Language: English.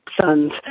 sons